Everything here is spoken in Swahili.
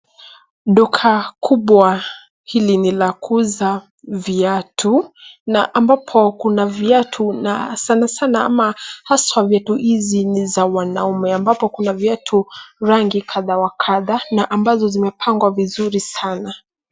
Duka kubwa hili ni la kuuza viatu na ambapo kuna viatu na sanasana ama haswa viatu hizi ni za wanaume ambapo kuna viatu rangi kadha wa kadha na ambazo zimepangwa vizuri sana.